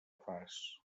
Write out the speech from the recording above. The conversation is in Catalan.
fas